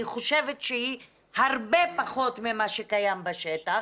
חושבת שהיא הרבה פחות ממה שקיים בשטח,